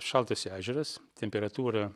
šaltas ežeras temperatūra